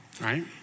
right